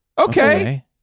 Okay